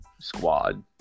squad